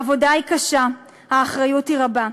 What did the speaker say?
העבודה היא קשה, האחריות היא רבה,